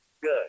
Good